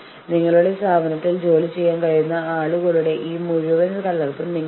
ഞങ്ങൾ സംസാരിക്കുന്നത് വിലപേശൽ കഴിവിനെക്കുറിച്ചാണ്